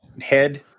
head